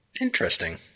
interesting